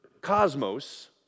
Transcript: cosmos